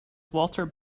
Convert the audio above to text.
walter